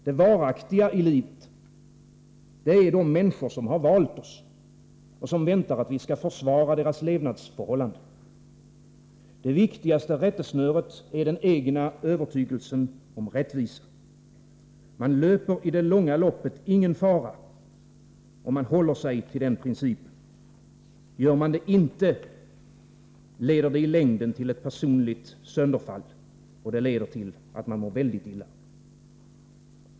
Det varaktiga i livet är de människor som har valt oss och som väntar sig att vi skall försvara deras levnadsförhållanden. Det viktigaste rättesnöret är den egna övertygelsen om rättvisa. Man löper i det långa loppet ingen fara, om man håller sig till den principen. Gör man det inte, leder det i längden till ett personligt sönderfall och till att man mår mycket dåligt.